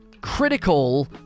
critical